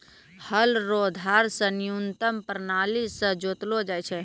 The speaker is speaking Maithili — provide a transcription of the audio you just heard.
हल रो धार से न्यूतम प्राणाली से जोतलो जाय छै